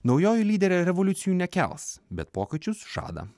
naujoji lyderė revoliucijų nekels bet pokyčius žada